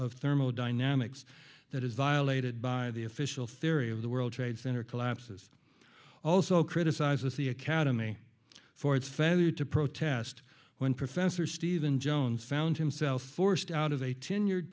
of thermodynamics that is violated by the official theory of the world trade center collapses also criticizes the academy for its failure to protest when professor steven jones found himself forced out of a tenured